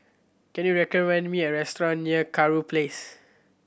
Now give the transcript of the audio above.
can you recommend me a restaurant near Kurau Place